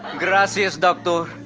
gracias doctor.